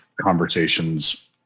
conversations